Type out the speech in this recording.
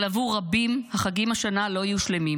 אבל עבור רבים החגים השנה לא יהיו שלמים.